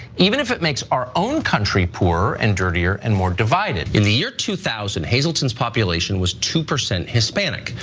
even if it makes our own country poorer, and dirtier, and more divided. in the year two thousand, hazelton's population was two percent hispanic.